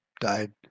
died